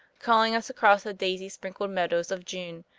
calling us across the daisy-sprinkled meadows of june,